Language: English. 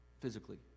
physically